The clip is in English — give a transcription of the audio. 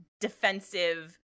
defensive